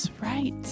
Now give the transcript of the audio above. Right